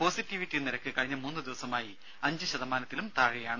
positivity നിരക്ക് കഴിഞ്ഞ മൂന്ന് ദിവസമായി അഞ്ച് ശതമാനത്തിലും താഴെയാണ്